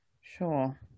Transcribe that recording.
Sure